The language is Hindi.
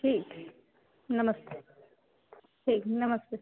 ठीक नमस्ते ठीक नमस्ते